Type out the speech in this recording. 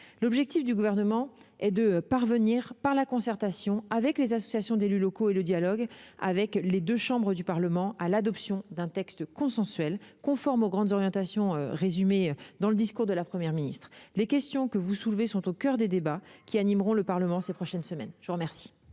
L'objectif du Gouvernement est de parvenir, par la concertation avec les associations d'élus locaux et le dialogue avec les deux chambres du Parlement, à l'adoption d'un texte consensuel, conforme aux grandes orientations résumées dans le discours de la Première ministre. Les questions que vous soulevez sont au coeur des débats qui animeront le Parlement ces prochaines semaines. La parole